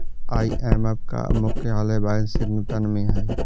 IMF का मुख्यालय Washington में है